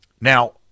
Now